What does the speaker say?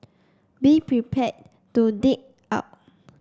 be prepare to dig out